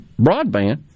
broadband